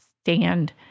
stand